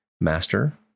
Master